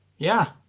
yeah.